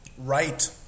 right